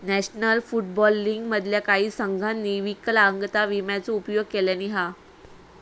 national football league मधल्या काही संघांनी विकलांगता विम्याचो उपयोग केल्यानी हा